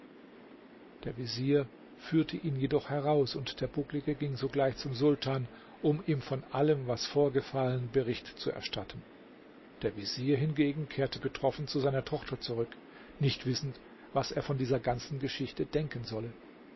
der vezier führte ihn jedoch heraus und der bucklige ging sogleich zum sultan um ihm von allem was vorgefallen bericht zu erstatten der vezier hingegen kehrte betroffen zu seiner tochter zurück nicht wissend was er von dieser ganzen geschichte denken solle